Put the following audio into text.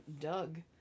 Doug